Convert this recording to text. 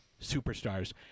superstars